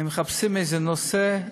הם מחפשים איזה נושא,